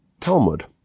Talmud